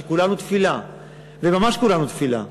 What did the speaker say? שכולנו תפילה וממש כולנו תפילה,